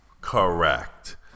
Correct